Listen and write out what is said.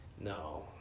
No